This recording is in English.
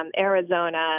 Arizona